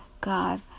God